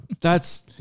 That's-